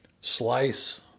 slice